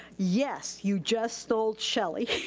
yes, you just stole shelly.